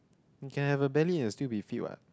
you can have a belly and still be fit what